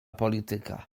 polityka